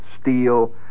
steel